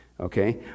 okay